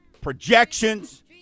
projections